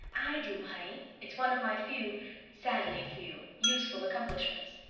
i do, honey. it's one of my few sadly few useful accomplishments.